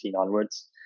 onwards